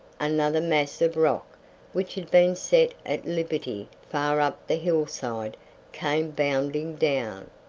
another mass of rock which had been set at liberty far up the hillside came bounding down,